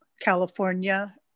California